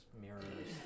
mirrors